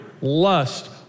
lust